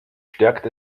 stärkt